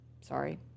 Sorry